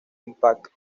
impact